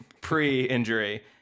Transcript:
pre-injury